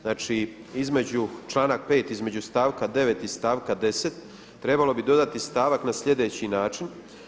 Znači između članak 5. između stavka 9. i stavka 10. trebalo bi dodati stavak na sljedeći način.